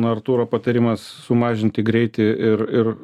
artūro patarimas sumažinti greitį ir ir